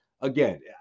again